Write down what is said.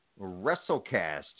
Wrestlecast